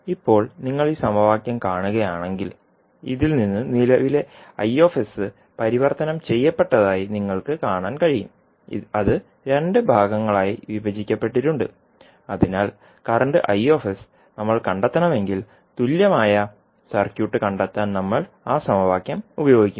ഇപ്പോൾ നിങ്ങൾ ഈ സമവാക്യം കാണുകയാണെങ്കിൽ ഇതിൽ നിന്ന് കറന്റ് I പരിവർത്തനം ചെയ്യപ്പെട്ടതായി നിങ്ങൾക്ക് കാണാൻ കഴിയും അത് രണ്ട് ഭാഗങ്ങളായി വിഭജിക്കപ്പെട്ടിട്ടുണ്ട് അതിനാൽ കറന്റ് I നമ്മൾ കണ്ടെത്തണമെങ്കിൽ തുല്യമായ സർക്യൂട്ട് കണ്ടെത്താൻ നമ്മൾ ആ സമവാക്യം ഉപയോഗിക്കും